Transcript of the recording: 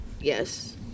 Yes